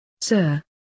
Sir